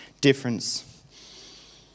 difference